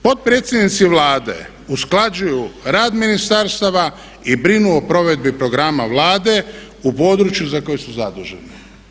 Potpredsjednici Vlade usklađuju rad ministarstava i brinu o provedbi programa Vlade u području za koji su zaduženi.